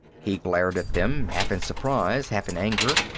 he glared at them, half in surprise, half in anger.